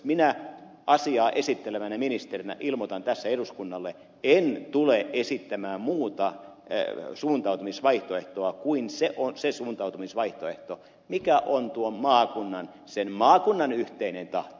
minä asiaa esittelevänä ministerinä ilmoitan tässä eduskunnalle että en tule esittämään muuta suuntautumisvaihtoehtoa kuin sen suuntautumisvaihtoehdon mikä on sen maakunnan yhteinen tahto